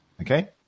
Okay